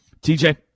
TJ